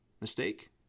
mistake